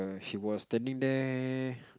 he was standing there